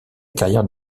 carrière